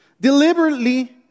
deliberately